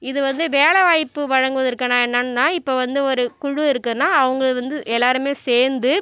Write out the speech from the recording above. இது வந்து வேலை வாய்ப்பு வழங்குவதற்குனா என்னன்னா இப்போ வந்து ஒரு குழு இருக்குன்னா அவங்களை வந்து எல்லாருமே சேர்ந்து